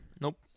Nope